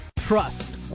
Trust